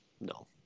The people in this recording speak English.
No